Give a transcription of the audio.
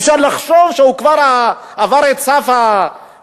אפשר לחשוב שהוא כבר עבר את סף השכר,